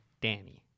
Danny